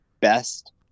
best